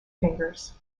fingers